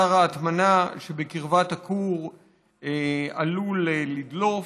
אתר ההטמנה שבקרבת הכור עלול לדלוף,